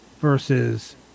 versus